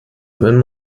wenn